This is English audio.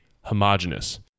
homogeneous